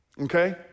okay